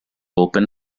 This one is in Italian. open